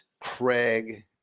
Craig